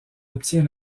obtient